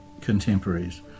contemporaries